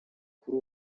kuri